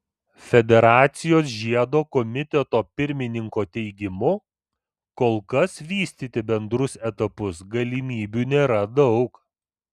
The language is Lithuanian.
federacijos žiedo komiteto pirmininko teigimu kol kas vystyti bendrus etapus galimybių nėra daug